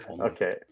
Okay